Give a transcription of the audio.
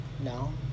No